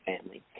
family